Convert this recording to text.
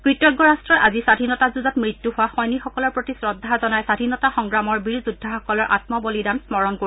কৃতজ্ঞ ৰট্টই আজি স্বাধীনতা যুঁজত মৃত্যু হোৱা সৈনিকসকলৰ প্ৰতি শ্ৰদ্ধা জনাই স্বধীনতা সংগ্ৰামৰ বীৰ যোদ্ধাসকলৰ আম বলিদান স্মৰণ কৰে